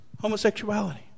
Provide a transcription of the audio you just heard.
homosexuality